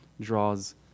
draws